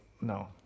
no